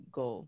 go